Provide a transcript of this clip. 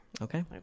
Okay